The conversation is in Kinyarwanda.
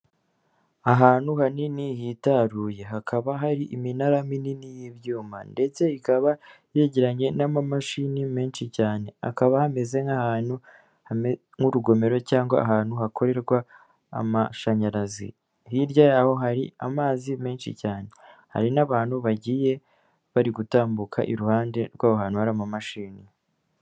Ahantu hanini hitaruye hakaba hari iminara minini y'ibyuma ndetse ikaba yegeranye n'amamashini menshi cyane, hakaba hameze nk'urugomero cyangwa ahantu hakorerwa amashanyarazi. Hirya ya ho hari amazi menshi cyane, hari n'abantu bagiye bari gutambuka iruhande rw'ahantu hari amamashini.